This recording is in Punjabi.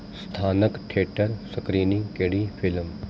ਸਥਾਨਕ ਥੀਏਟਰ ਸਕ੍ਰੀਨਿੰਗ ਕਿਹੜੀ ਫਿਲਮ